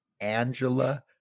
Angela